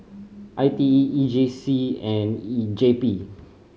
I T E E J C and J P